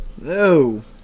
no